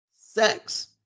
sex